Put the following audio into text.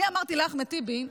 אני אמרתי לאחמד טיבי,